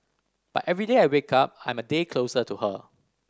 but every day I wake up I'm a day closer to her